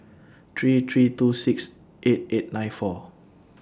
three three two six eight eight nine four